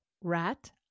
rat